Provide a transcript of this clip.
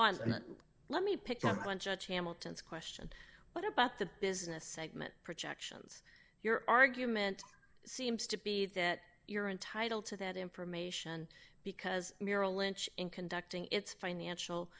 and let me pick up a bunch of hamilton's question what about the business segment projections your argument seems to be that you're entitled to that information because merrill lynch in conducting its financial